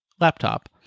laptop